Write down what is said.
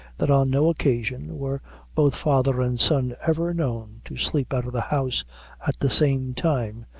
that on no occasion were both father and son ever known to sleep out of the house at the same time,